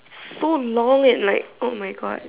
so long and like oh my God